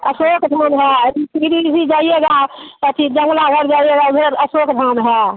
अशोक धाम है शिर्डी भी जाइएगा और फिर जंगला घर जाइएगा उधर अशोक धाम है